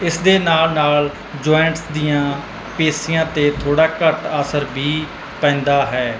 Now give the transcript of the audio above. ਇਸ ਦੇ ਨਾਲ ਨਾਲ ਜੁਆਇੰਟਸ ਦੀਆਂ ਪੇਸ਼ੀਆਂ 'ਤੇ ਥੋੜ੍ਹਾ ਘੱਟ ਅਸਰ ਵੀ ਪੈਂਦਾ ਹੈ